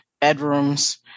bedrooms